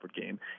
game